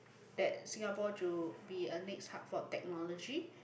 that Singapore to be a next hub for technology